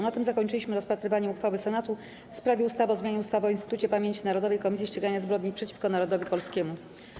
Na tym zakończyliśmy rozpatrywanie uchwały Senatu w sprawie ustawy o zmianie ustawy o Instytucie Pamięci Narodowej - Komisji Ścigania Zbrodni przeciwko Narodowi Polskiemu.